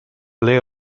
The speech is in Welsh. ble